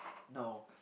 no